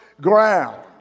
ground